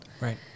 Right